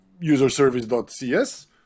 userservice.cs